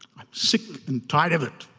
i'm sick and tired of it.